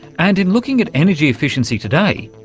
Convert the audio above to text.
and in looking at energy efficiency today,